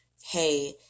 hey